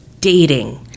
dating